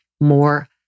more